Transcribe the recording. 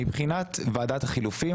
מבחינת ועדת החילופים,